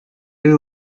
eux